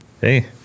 hey